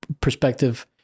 perspective